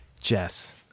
Jess